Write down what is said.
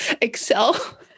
Excel